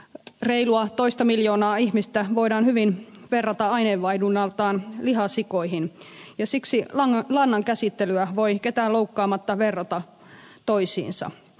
pääkaupunkiseudun reilua toista miljoonaa ihmistä voidaan hyvin verrata aineenvaihdunnaltaan lihasikoihin ja siksi näiden osalta lannan käsittelyjä voi ketään loukkaamatta verrata toisiinsa